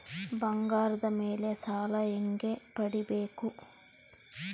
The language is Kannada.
ಬಂಗಾರದ ಮೇಲೆ ಸಾಲ ಹೆಂಗ ಪಡಿಬೇಕು?